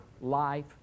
life